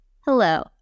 Hello